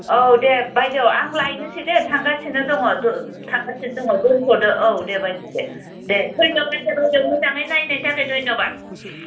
औ दे बायदेव आं लायनोसै दे थांगासिनो दङ थांगासिनो दङ दोन्थ'दो औ दे बायदेव दे दे धन्यबाद दे बायदेव मोजाङै नायनायनि थाखाय धन्यबाद